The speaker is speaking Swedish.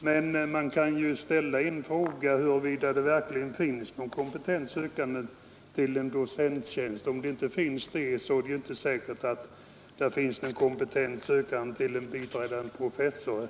men man kan ju ställa frågan huruvida det verkligen då finns någon kompetent sökande till en docenttjänst. Om någon sådan inte finns, är det inte heller säkert att det finns någon kompetent sökande till en biträdande professur.